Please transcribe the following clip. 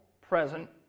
present